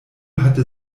hatte